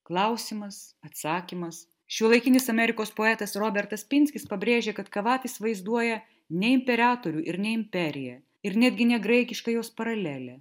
klausimas atsakymas šiuolaikinis amerikos poetas robertas pinskis pabrėžė kad kavafis vaizduoja ne imperatorių ir ne imperiją ir netgi ne graikišką jos paralelę